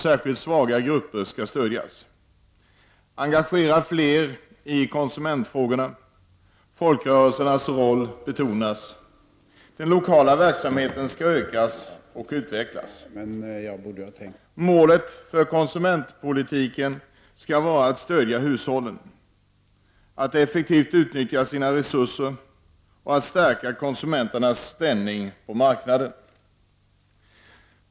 Särskilt svaga grupper skall stödjas. — Fler skall engageras i konsumentfrågorna. Folkrörelsernas roll betonas. — Den lokala verksamheten skall ökas och utvecklas. Målet för konsumentpolitiken skall vara att stödja hushållen — att effektivt utnyttja sina resurser, och — att stärka konsumenternas ställning på marknaden.